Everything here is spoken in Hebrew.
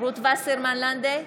רות וסרמן לנדה,